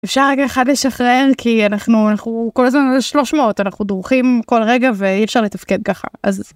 אפשר רק אחד לשחרר כי אנחנו אנחנו כל הזמן על 300 אנחנו דרוכים כל רגע ואי אפשר לתפקד ככה אז.